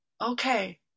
okay